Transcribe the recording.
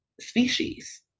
species